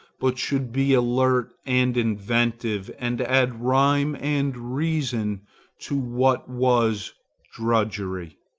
but should be alert and inventive and add rhyme and reason to what was drudgery.